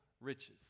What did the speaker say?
riches